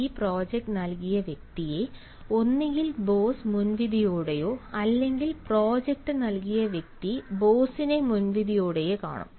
ഈ പ്രോജക്റ്റ് നൽകിയ വ്യക്തിയെ ഒന്നുകിൽ ബോസ് മുൻവിധിയോടെയോ അല്ലെങ്കിൽ പ്രോജക്റ്റ് നൽകിയ വ്യക്തി ബോസിനെ മുൻവിധിയോടെയോ കാണും